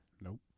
Nope